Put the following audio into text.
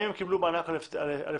האם הם קיבלו מענק על הפסדים?